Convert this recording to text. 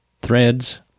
threads